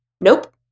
nope